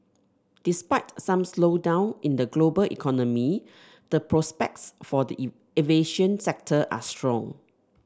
despite some slowdown in the global economy the prospects for the aviation sector are strong